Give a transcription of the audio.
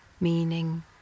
meaning